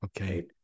Okay